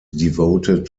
devoted